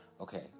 Okay